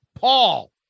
Paul